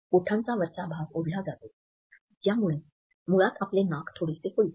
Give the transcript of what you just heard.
ओठांचा वरचा भाग ओढला जातो ज्यामुळे मुळात आपले नाक थोडेसे फुलते